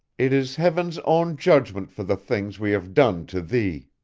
it is heaven's own judgment for the things we have done to thee.